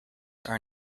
are